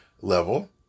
level